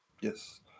Yes